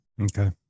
okay